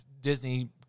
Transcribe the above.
Disney